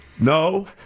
no